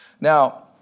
Now